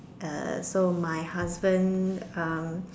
uh so my husband uh